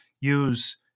use